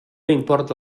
importa